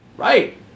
Right